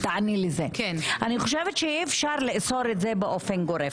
שאי אפשר לאסור את זה באופן גורף.